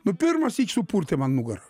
nu pirmąsyk supurtė man nugarą